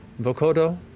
Vokodo